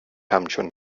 همچون